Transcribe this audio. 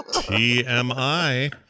T-M-I